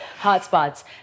hotspots